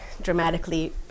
dramatically